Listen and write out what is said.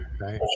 right